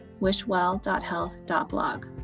wishwell.health.blog